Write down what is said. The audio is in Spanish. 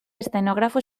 escenógrafo